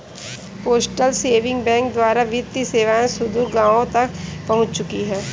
postal saving bank द्वारा वित्तीय सेवाएं सुदूर गाँवों तक पहुंच चुकी हैं